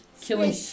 Killing